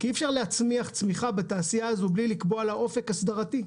כי אי אפשר להצמיח צמיחה בתעשייה הזו בלי לקבוע לה אופק הסדרתי,